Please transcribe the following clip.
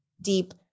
deep